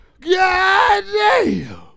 Goddamn